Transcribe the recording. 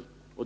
utvidgas.